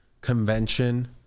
convention